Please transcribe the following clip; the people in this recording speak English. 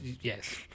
Yes